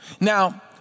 Now